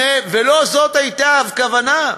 לא זאת הייתה הכוונה.